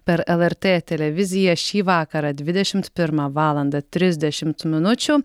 per lrt televiziją šį vakarą dvidešimt pirmą valandą trisdešimt minučių